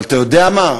אבל אתה יודע מה?